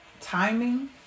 timing